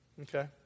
Okay